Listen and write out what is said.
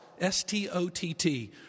S-T-O-T-T